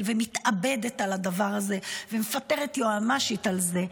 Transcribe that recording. ומתאבדת על הדבר הזה ומפטרת יועמ"שית על זה,